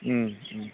Om Om